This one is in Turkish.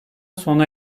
sona